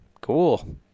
cool